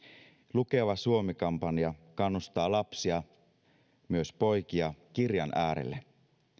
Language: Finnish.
lukeva suomi kampanja kannustaa lapsia myös poikia kirjan äärelle